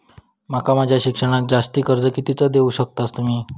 माका माझा शिक्षणाक जास्ती कर्ज कितीचा देऊ शकतास तुम्ही?